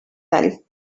tall